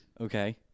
Okay